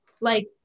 Like-